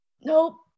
nope